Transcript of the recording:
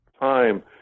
time